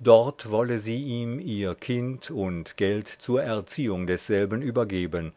dort wolle sie ihm ihr kind und geld zur erziehung desselben übergeben